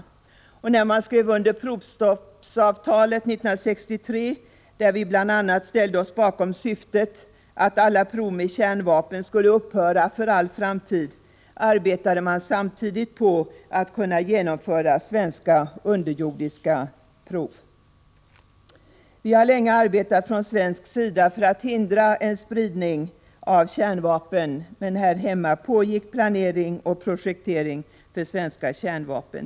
När man skrev under provstoppsavtalet 1963, där man bl.a. ställde sig bakom syftet att alla prov med kärnvapen skulle upphöra för all framtid, arbetade man samtidigt för att kunna genomföra svenska underjordiska prov. Vi har från svensk sida länge arbetat för att hindra en spridning av kärnvapen, men här hemma pågick planering och projektering för svenska kärnvapen.